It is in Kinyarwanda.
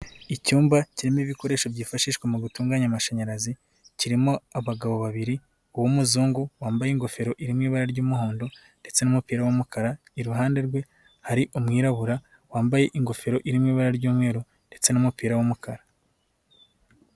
Icyumba kirimo ibikoresho byifashishwa mu gutunganya amashanyarazi kirimo abagabo babiri uw'umuzungu wambaye ingofero iri mu ibara ry'umuhondo ndetse n'umupira w'umukara, iruhande rwe hari umwirabura wambaye ingofero iri mu ibara ry'umweru ndetse n'umupira w'umukara.